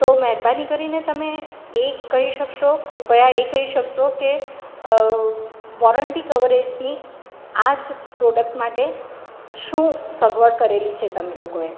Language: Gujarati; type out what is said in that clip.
તો મહેરબાની કરીને તમે એ કહી શકશો કૃપયા એ કહી શકશો કે વૉરંટી કવરેજની આ જ પ્રોડક્ટ માટે શું સગવડ કરેલી છે તમે લોકોએ